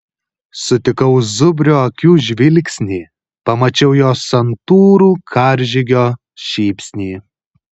sutikau zubrio akių žvilgsnį pamačiau jo santūrų karžygio šypsnį